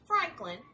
Franklin